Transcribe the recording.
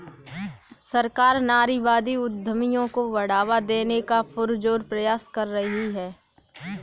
सरकार नारीवादी उद्यमियों को बढ़ावा देने का पुरजोर प्रयास कर रही है